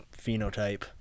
phenotype